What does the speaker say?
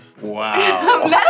Wow